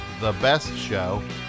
thebestshow